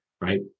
right